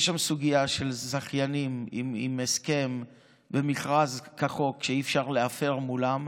יש שם סוגיה של זכיינים עם הסכם במכרז כחוק שאי-אפשר להפר מולם,